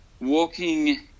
walking